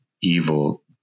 evil